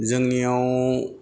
जोंनियाव